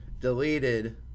deleted